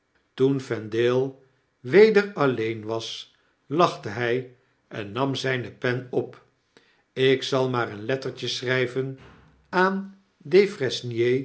toen vendale weder alleen was lachte hy en nam zpe pen op ik zal maar een lettertje schrjjven aan